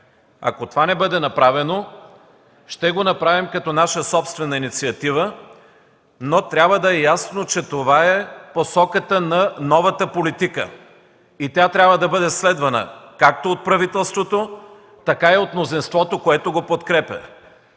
Ако това не бъде направено, ще го направим като наша собствена инициатива, но трябва да е ясно, че това е посоката на новата политика и тя трябва да бъде следвана както от правителството, така и от мнозинството, което го подкрепя.